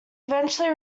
eventually